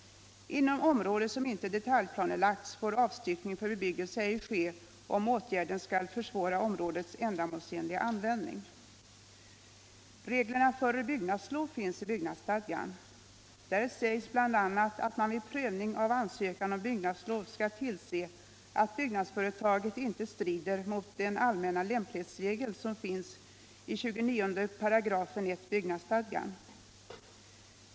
Inom område som inte detaljplanlagts får avstyckning för bebyggelse ej ske, om åtgärden skulle försvåra områdets ändamålsenliga användning. Reglerna om byggnadslov finns i byggnadsstadgan. Där sägs bl.a. att man vid prövning av ansökan om byggnadslov skall tillse att byggnadsföretaget inte strider mot den allmänna lämplighetsregel som finns i 29 § byggnadsstadgan.